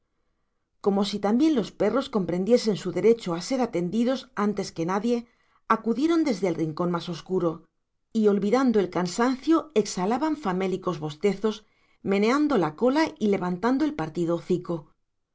como si también los perros comprendiesen su derecho a ser atendidos antes que nadie acudieron desde el rincón más oscuro y olvidando el cansancio exhalaban famélicos bostezos meneando la cola y levantando el partido hocico